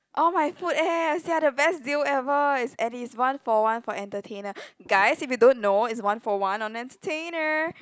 all my food apps they are the best deal ever and is one for one for entertainer guys if you don't know it's one for one on entertainer